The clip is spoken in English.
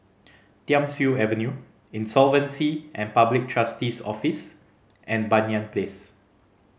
Thiam Siew Avenue Insolvency and Public Trustee's Office and Banyan Place